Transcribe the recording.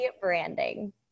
branding